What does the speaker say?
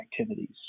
activities